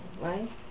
right